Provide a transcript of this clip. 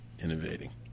innovating